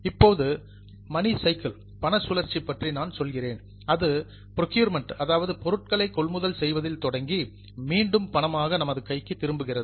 இப்போது money cycle பண சுழற்சி பற்றி நான் சொல்கிறேன் அது பிராக்யூரிமெண்ட் பொருட்களை கொள்முதல் செய்வதில் தொடங்கி மீண்டும் பணமாக நமது கைக்கு திரும்புகிறது